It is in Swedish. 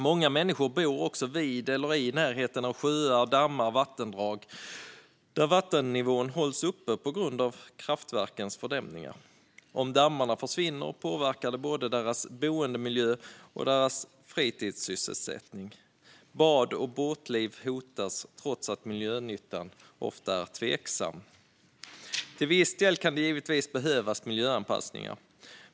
Många människor bor också vid eller i närheten av sjöar, dammar och vattendrag där vattennivån hålls uppe på grund av kraftverkens fördämningar. Om dammarna försvinner påverkar det både deras boendemiljö och deras fritidssysselsättning. Bad och båtliv hotas trots att miljönyttan ofta är tveksam. Till viss del kan det givetvis behövas miljöanpassningar.